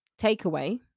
takeaway